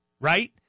right